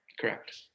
Correct